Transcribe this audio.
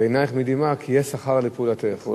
ועינייך מדמעה כי יש שכר לפעולתך.